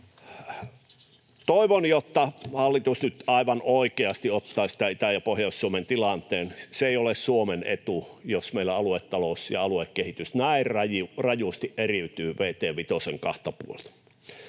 Toivon, että hallitus nyt aivan oikeasti ottaisi tämän Itä- ja Pohjois-Suomen tilanteen. Se ei ole Suomen etu, jos meillä alueiden talous ja alueiden kehitys näin rajusti eriytyvät vt vitosen